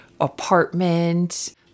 apartment